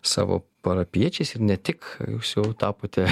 savo parapijiečiais ir ne tik jūs jau tapote